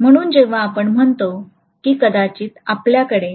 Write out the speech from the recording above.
म्हणून जेव्हा आपण म्हणतो की कदाचित आपल्याकडे